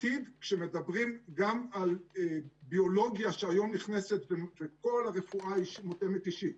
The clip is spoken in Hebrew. בעתיד כשמדברים גם על ביולוגיה שהיום נכנסת בכל רפואה מותאמת אישית,